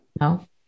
no